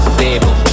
table